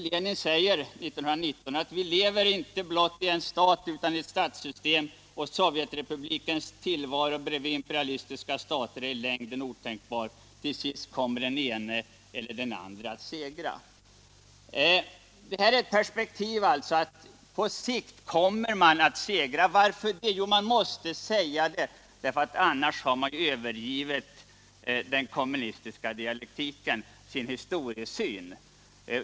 Lenin sade 1919: Vi lever inte blott i en stat utan i ett statssystem, och sovjetrepublikens tillvaro bredvid imperialistiska stater är i längden otänkbar. Till sist kommer den ene eller den andre att segra. På sikt kommer man alltså att segra, enligt sovjetisk uppfattning. Varför det? Man måste säga det, därför att annars har man övergivit den kommunistiska dialektiken, sin historiesyn.